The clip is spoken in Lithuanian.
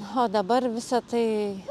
o dabar visa tai